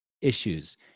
issues